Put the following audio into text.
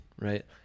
right